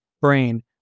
brain